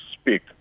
speak